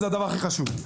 זה הדבר הכי חשוב.